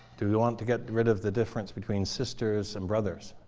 do we want to get rid of the difference between sisters and brothers?